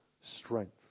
strength